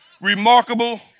remarkable